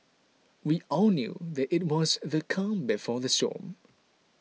we all knew that it was the calm before the storm